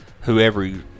whoever